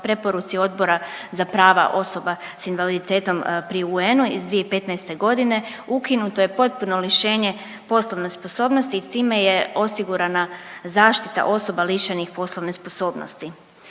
preporuci Odbora za prava osoba sa invaliditetom pri UN-u iz 2015. godine. Ukinuto je potpuno lišenje poslovne sposobnosti i s time je osigurana zaštita osoba lišenih poslovne sposobnosti.